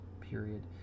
period